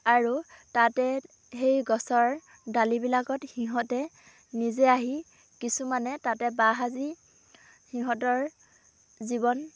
আৰু তাতে সেই গছৰ ডালিবিলাকত সিহঁতে নিজে আহি কিছুমানে তাতে বাহ সাজি সিহঁতৰ জীৱন